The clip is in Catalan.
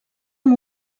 amb